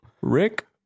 Rick